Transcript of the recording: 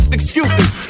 excuses